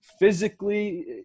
physically